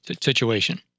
situation